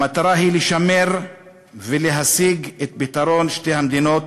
המטרה היא לשמר ולהשיג את פתרון שתי המדינות.